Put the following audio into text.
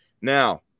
Now